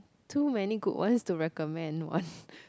too many good ones to recommend one